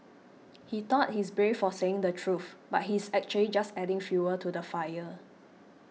he thought he's brave for saying the truth but he's actually just adding fuel to the fire